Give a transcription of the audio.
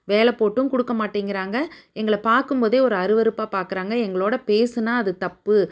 வேலை போட்டும் கொடுக்க மாட்டேங்கிறாங்க எங்களை பார்க்கும் போதே ஒரு அருவருப்பாக பார்க்கறாங்க எங்களோடய பேசினா அது தப்பு